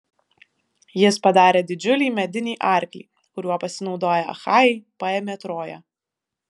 jis padarė didžiulį medinį arklį kuriuo pasinaudoję achajai paėmė troją